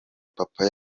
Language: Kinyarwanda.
papa